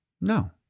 No